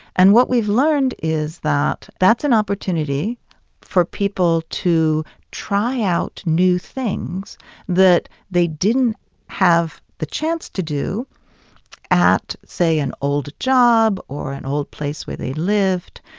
and what we've learned is that that's an opportunity for people to try out new things that they didn't have the chance to do at, say, an old job or an old place where they lived.